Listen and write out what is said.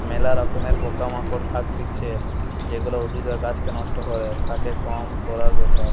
ম্যালা রকমের পোকা মাকড় থাকতিছে যেগুলা উদ্ভিদ বা গাছকে নষ্ট করে, তাকে কম করার ব্যাপার